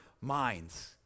minds